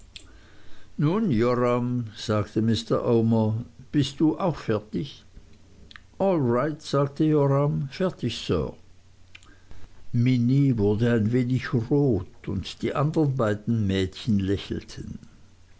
nun joram sagte mr omer bist du auch fertig allright sagte joram fertig sir minnie wurde ein wenig rot und die andern beiden mädchen lächelten